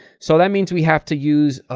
so that means we have to use. ah